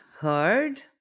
heard